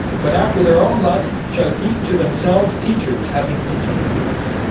but after their own lusts shall heap to themselves teachers having itching ears